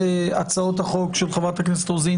שהצעות החוק של חברות הכנסת מיכל רוזין